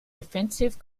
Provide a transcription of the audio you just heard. defensive